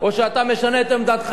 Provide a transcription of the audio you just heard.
לעצם העניין,